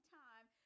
time